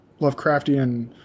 lovecraftian